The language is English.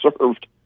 served